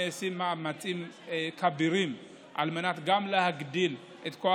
נעשים מאמצים כבירים על מנת להגדיל את כוח